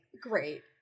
great